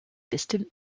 distant